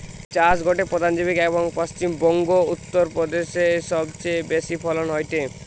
চাষ গটে প্রধান জীবিকা, এবং পশ্চিম বংগো, উত্তর প্রদেশে সবচেয়ে বেশি ফলন হয়টে